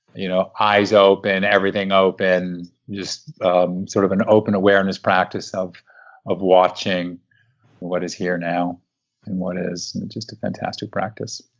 you know eyes open, everything open, just um sort of an open awareness practice of of watching what is here now and what is. it's just a fantastic practice.